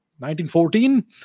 1914